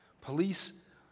Police